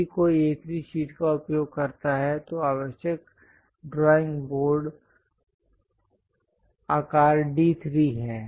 यदि कोई A3 sheet का उपयोग करता है तो आवश्यक ड्राइंग बोर्ड आकार D3 है